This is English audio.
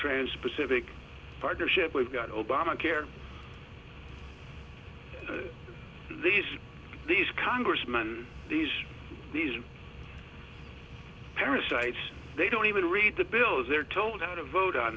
transpacific partnership we've got obamacare these these congressman these these parasites they don't even read the bills they're told that a vote on